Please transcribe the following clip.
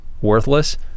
worthless